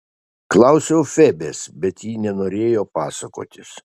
klausiau febės bet ji nenorėjo pasakotis